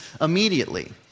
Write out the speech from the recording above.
immediately